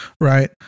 right